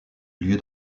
lieu